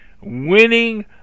Winning